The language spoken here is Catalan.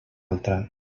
altra